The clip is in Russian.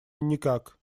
никак